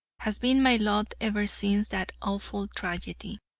has been my lot ever since that awful tragedy.